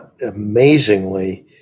Amazingly